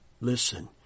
Listen